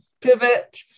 pivot